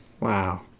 Wow